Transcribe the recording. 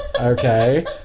Okay